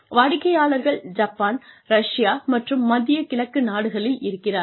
வாடிக்கையாளர்கள் Japan Russia மற்றும் மத்திய கிழக்கு நாடுகளில் இருக்கிறார்கள்